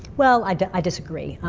well, i and i disagree.